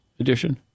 Edition